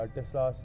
Tesla